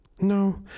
No